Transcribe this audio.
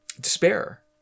despair